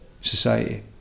society